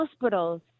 hospitals